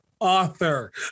author